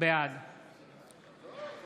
בעד